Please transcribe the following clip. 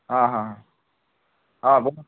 हा हा हा हा बोला ना